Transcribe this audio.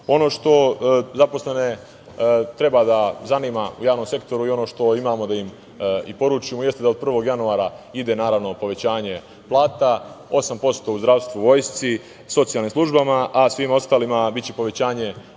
što zaposlene treba da zanima u javnom sektoru i ono što imamo da im poručimo jeste da od 1. januara ide povećanje plata, 8% u zdravstvu, vojsci, socijalnim službama, a svima ostalima biće povećanje